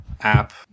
app